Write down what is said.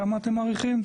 כמה אתם מעריכים?